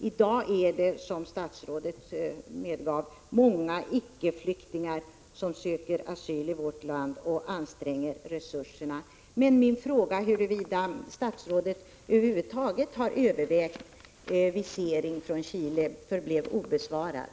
I dag är det, som statsrådet medgav, många icke-flyktingar som söker asyl i vårt land och anstränger resurserna. Min fråga huruvida statsrådet över huvud taget har övervägt visering från Chile förblev obesvarad.